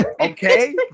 Okay